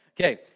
Okay